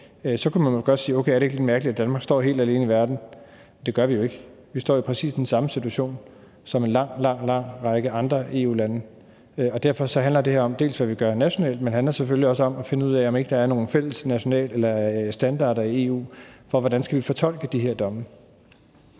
sag, kunne man måske godt spørge, om det ikke er lidt mærkeligt, at Danmark står helt alene i verden, men det gør vi jo ikke. Vi står i præcis den samme situation som en lang, lang række andre EU-lande. Derfor handler det her om, dels hvad vi gør nationalt, dels at finde ud af, om ikke der er nogle fælles standarder i EU for, hvordan vi skal fortolke de her domme.